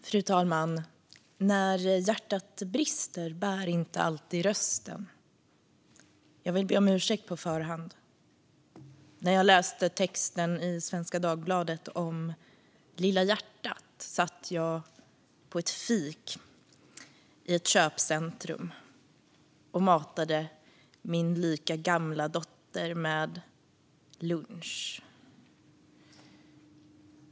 Fru talman! När hjärtat brister bär inte alltid rösten, och jag vill därför be om ursäkt på förhand. När jag läste texten i Svenska Dagbladet om "Lilla hjärtat" satt jag på ett fik i ett köpcentrum och matade min lika gamla dotter med lunch.